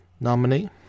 nominee